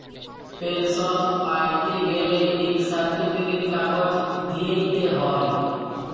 পেলসল প্যাইতে গ্যালে ইক সার্টিফিকেট কাগজ দিইতে হ্যয়